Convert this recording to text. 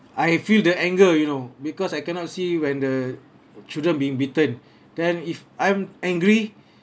I feel the anger you know because I cannot see when the children being beaten then if I'm angry